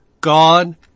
God